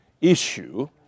issue